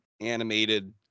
animated